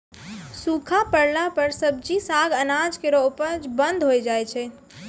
सूखा परला पर सब्जी, साग, अनाज केरो उपज बंद होय जाय छै